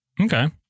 Okay